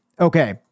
Okay